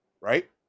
Right